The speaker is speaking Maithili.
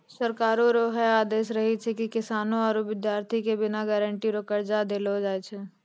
सरकारो रो है आदेस रहै छै की किसानो आरू बिद्यार्ति के बिना गारंटी रो कर्जा देलो जाय छै